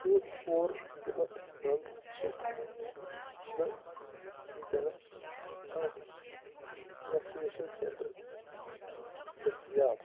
جودھ پوٗر ضلعس مَنٛز چھِ نہٕ ونکٮ۪نَس کانٛہہ ویکسِنیشن سینٹر دٔستِیاب